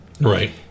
Right